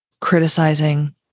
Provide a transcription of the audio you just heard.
criticizing